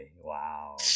wow